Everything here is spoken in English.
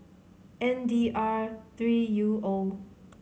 N D R three U O